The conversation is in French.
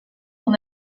dans